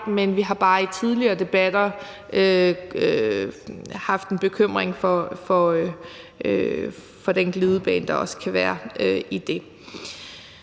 men vi har bare i tidligere debatter haft en bekymring for den glidebane, der også kan være i det.